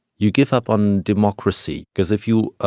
you give up on democracy because if you